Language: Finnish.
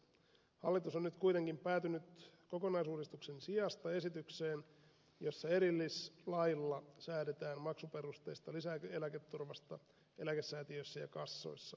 hallitus on nyt kuitenkin päätynyt kokonaisuudistuksen sijasta esitykseen jossa erillislailla säädetään maksuperusteisesta lisäeläketurvasta eläkesäätiöissä ja kassoissa